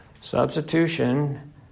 Substitution